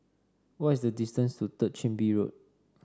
what is the distance to Third Chin Bee Road